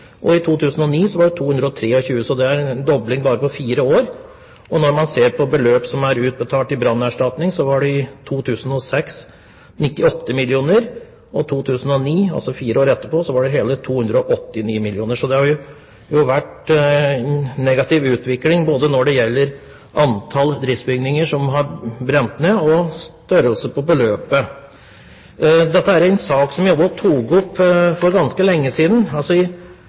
er en dobling på bare fire år. Når man ser på beløp som er utbetalt i brannerstatning, var det i 2006 98 mill. kr og i 2009, altså fire år etterpå, hele 289 mill. kr. Så det har vært en negativ utvikling både når det gjelder antall driftsbygninger som har brent ned, og størrelsen på erstatningsbeløpet. Dette er en sak som jeg også tok opp for ganske lenge siden.